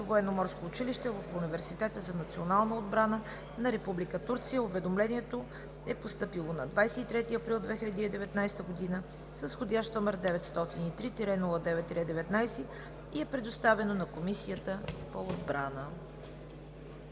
военноморско училище в Университета за национална отбрана на Република Турция. Уведомлението е постъпило на 23 април 2019 г. с входящ № 903-09-19 и е предоставено на Комисията по отбрана.